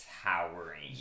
towering